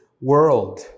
world